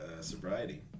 sobriety